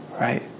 right